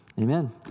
Amen